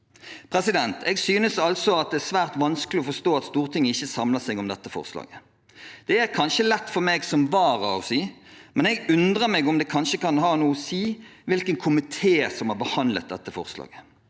unødvendig. Jeg synes det er svært vanskelig å forstå at Stortinget ikke samler seg om dette forslaget. Det er kanskje lett for meg som vara å si, men jeg undrer meg over om det kanskje kan ha noe å si hvilken komité som har behandlet dette forslaget.